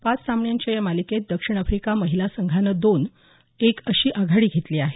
पाच सामन्यांच्या या मालिकेत दक्षिण आफ्रिका महिला संघांनं दोन एक अशी आघाडी घेतली आहे